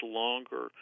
longer